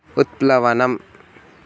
उत्प्लवनम्